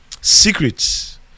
Secrets